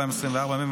12 בפברואר 2024,